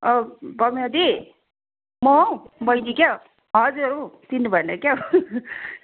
अँ प्रमिला दी म हो बैनी क्या हो हजुर उ चिन्नुभएन क्या हो